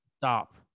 Stop